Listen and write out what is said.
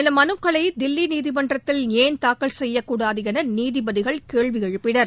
இந்த மலுக்களை தில்லி நீதிமன்றத்தில் ஏன் தாக்கல் செய்யக்கூடாது என நீதிபதிகள் கேள்வி எழுப்பினர்